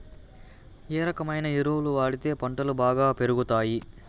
ఏ రకమైన ఎరువులు వాడితే పంటలు బాగా పెరుగుతాయి?